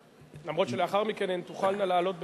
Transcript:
אף שלאחר מכן הן תוכלנה לעלות בנפרד,